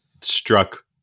struck